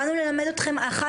באנו ללמד אתכם א',